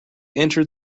entered